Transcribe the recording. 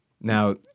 Now